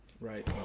Right